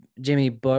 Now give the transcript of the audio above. Jimmy